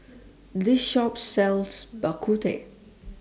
This Shop sells Bak Kut Teh